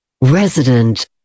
resident